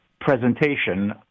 presentation